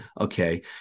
Okay